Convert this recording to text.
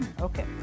Okay